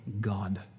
god